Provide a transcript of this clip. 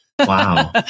Wow